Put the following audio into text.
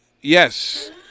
Yes